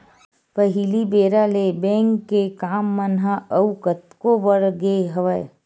पहिली बेरा ले बेंक के काम मन ह अउ कतको बड़ गे हवय